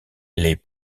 les